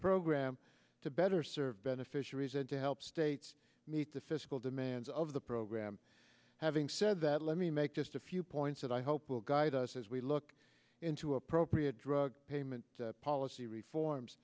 program to better serve beneficiaries and to help states meet the physical demands of the program having said that let me make just a few points that i hope will guide us as we look into appropriate drug payment policy reforms